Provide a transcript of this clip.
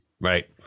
Right